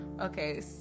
okay